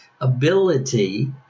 ability